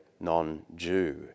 non-Jew